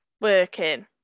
working